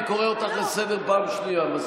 אני קורא אותך לסדר פעם שנייה.